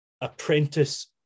apprentice